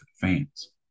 fans